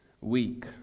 Weak